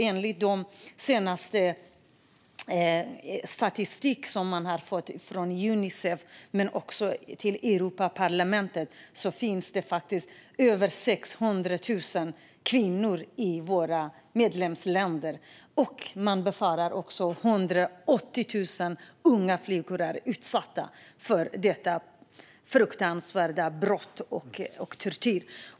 Enligt den senaste statistiken från Unicef och Europaparlamentet handlar det om över 600 000 kvinnor i våra medlemsländer. Man befarar också att 180 000 unga flickor är utsatta för detta fruktansvärda brott och denna tortyr.